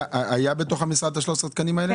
היה בתוך המשרד את ה-13 תקנים האלה?